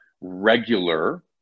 regular